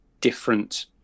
different